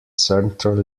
central